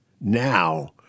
now